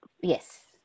Yes